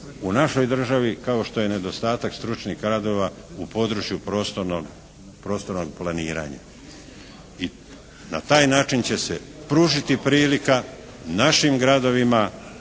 u našoj državi kao što je nedostatak stručnih kadrova u području prostornog planiranja. I na taj način će se pružiti prilika našim gradovima